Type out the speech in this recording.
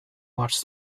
watched